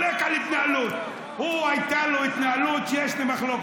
לא, הוא לא מעכל את מה שהוא אמר.